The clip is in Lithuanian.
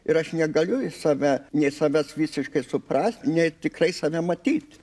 ir aš negaliu į save nei savęs visiškai suprast nei tikrai save matyt